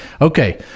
okay